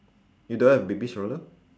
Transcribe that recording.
you don't have baby stroller